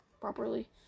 properly